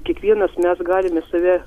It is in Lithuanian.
kiekvienas mes galime save